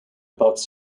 about